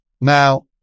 Now